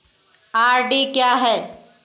RD क्या है?